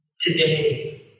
Today